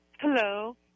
Hello